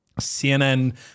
CNN